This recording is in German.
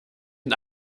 ihn